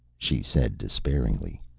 she said despairingly.